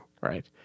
right